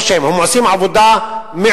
לא שהם, הם עושים עבודה מעולה,